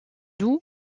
doux